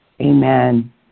amen